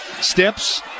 Steps